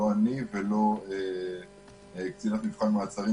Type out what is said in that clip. לא אני ולא קצינת המבחנים מעצרים,